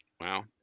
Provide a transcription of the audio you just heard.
Wow